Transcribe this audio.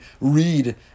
read